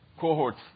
cohorts